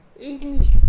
English